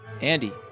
Andy